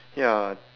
ya